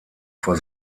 vor